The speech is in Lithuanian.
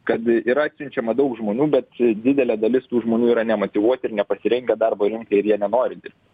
kad yra atsiunčiama daug žmonių bet didelė dalis tų žmonių yra nemotyvuoti ir nepasirengę darbo rinkai ir jie nenori dirbt